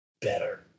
better